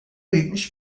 yetmiş